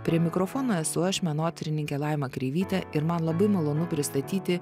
prie mikrofono esu aš menotyrininkė laima kreivytė ir man labai malonu pristatyti